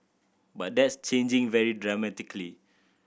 but that's changing very dramatically